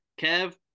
Kev